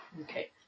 Okay